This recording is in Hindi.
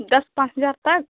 दस पाँच हज़ार तक